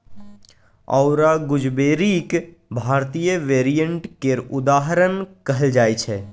औरा गुजबेरीक भारतीय वेरिएंट केर उदाहरण कहल जाइ छै